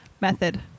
method